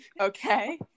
Okay